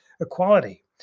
Equality